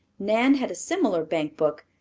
nan had a similar bank book,